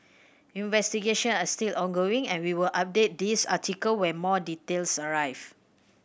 investigation are still ongoing and we'll update this article when more details arrive